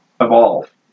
evolve